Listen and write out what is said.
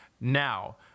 Now